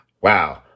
Wow